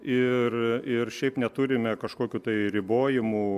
ir ir šiaip neturime kažkokių tai ribojimų